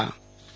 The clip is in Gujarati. આશુતોષ અંતાણી